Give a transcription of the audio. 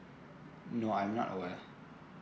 no I'm not aware